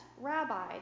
rabbi